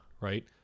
right